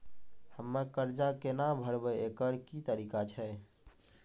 हम्मय कर्जा केना भरबै, एकरऽ की तरीका छै?